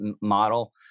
model